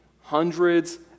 hundreds